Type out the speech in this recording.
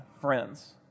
friends